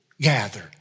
gather